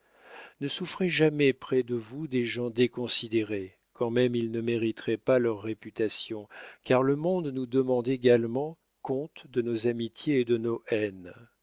ne souffrez jamais près de vous des gens déconsidérés quand même ils ne mériteraient pas leur réputation car le monde nous demande également compte de nos amitiés et de nos haines